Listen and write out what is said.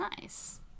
Nice